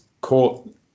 caught